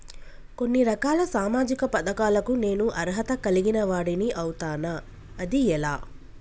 కొన్ని రకాల సామాజిక పథకాలకు నేను అర్హత కలిగిన వాడిని అవుతానా? అది ఎలా?